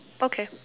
okay